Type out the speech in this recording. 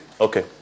Okay